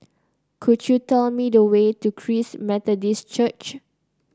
could you tell me the way to Christ Methodist Church